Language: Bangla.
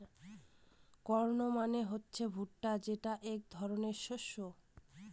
কর্ন মানে হচ্ছে ভুট্টা যেটা এক ধরনের শস্য